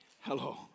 Hello